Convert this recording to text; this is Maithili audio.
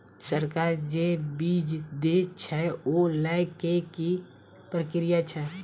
सरकार जे बीज देय छै ओ लय केँ की प्रक्रिया छै?